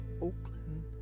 Oakland